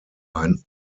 ein